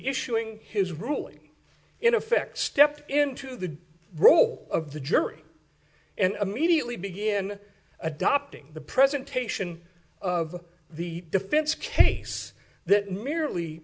issuing his ruling in effect stepped into the role of the jury and immediately began adopting the presentation of the defense case that merely